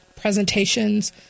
presentations